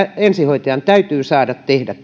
ensihoitajan täytyy saada tehdä